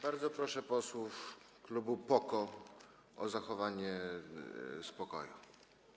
Bardzo proszę posłów klubu PO-KO o zachowanie spokoju.